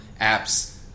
apps